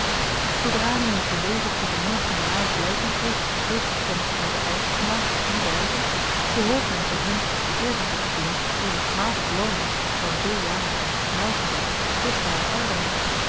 zoodra nu een gewezen gouverneur-generaal blyken geeft zich zulke kennis te hebben eigen gemaakt op die wyze behoort men voor hem den eerbied te gevoelen die t rechtmatig loon is van veeljarigen nauwgezetten vruchtbaren arbeid